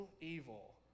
evil